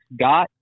got